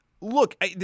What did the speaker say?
look